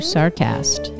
Sarcast